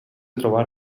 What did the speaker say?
trobar